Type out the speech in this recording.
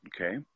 Okay